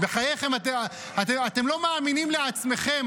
בחייכם, אתם לא מאמינים לעצמכם.